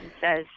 says